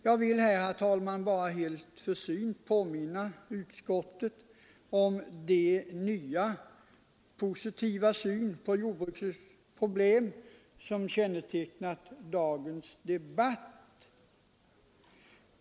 Jag vill här bara helt försynt påminna utskottet om den nya och positiva syn på jordbrukets problem som kännetecknar dagens debatt.